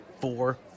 four